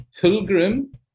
pilgrim